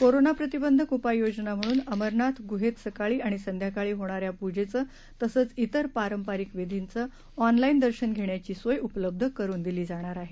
corona प्रतिबंधक उपाययोजना म्हणून अमरनाथ गुहेत सकाळी आणि संध्याकाळी होणाऱ्या प्जेचं तसंच इतर पारंपरिक विधींचं ऑनलाईन दर्शन घेण्याची सोय उपलब्ध करून दिली जाणार आहे